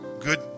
good